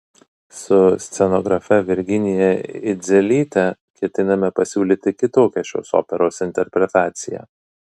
su scenografe virginija idzelyte ketiname pasiūlyti kitokią šios operos interpretaciją